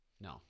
No